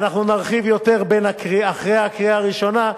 ואנחנו נרחיב יותר אחרי הקריאה הראשונה.